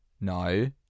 no